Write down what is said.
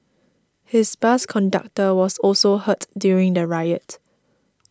his bus conductor was also hurt during the riot